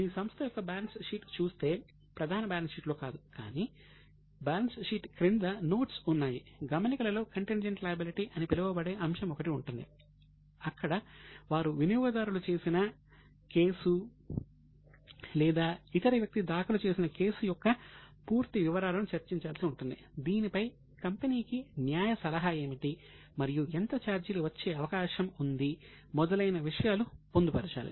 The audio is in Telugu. మీ సంస్థ యొక్క బ్యాలెన్స్ షీట్ చూస్తే అని పిలువబడే అంశం ఒకటి ఉంటుంది అక్కడ వారు వినియోగదారులు దాఖలు చేసిన కేసు లేదా ఇతర వ్యక్తి దాఖలు చేసిన కేసు యొక్క పూర్తి వివరాలను చర్చించాల్సి ఉంటుంది దీనిపై కంపెనీకి న్యాయ సలహా ఏమిటి మరియు ఎంత చార్జీలు వచ్చే అవకాశం ఉంది మొదలైన విషయాలు పొందుపరచాలి